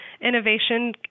innovation